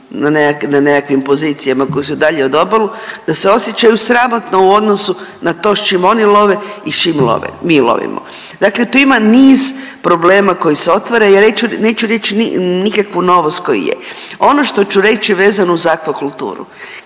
na nekakvim pozicijama koje su dalje od obalu da se osjećaju sramotno u odnosu na to s čim oni love i s čim mi lovimo. Dakle, tu ima niz problema koji se otvara. Neću reći nikakvu novost koja je. Ono što ću reći vezano uz aquakulturu.